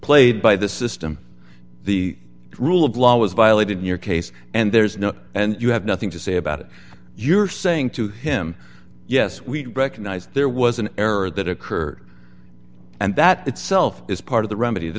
played by the system the rule of law was violated in your case and there's no and you have nothing to say about it you're saying to him yes we recognise there was an error that occurred and that itself is part of the remedy